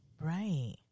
right